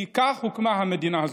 כי כך הוקמה המדינה הזו.